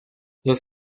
los